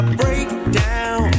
breakdown